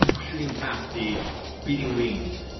shooting past the beating wings.